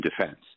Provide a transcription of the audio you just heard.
defense